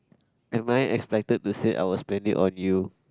am I expected to say I will spend it on you